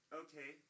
okay